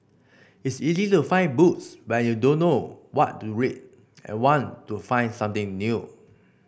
it's easy to find books when you don't know what to read and want to find something new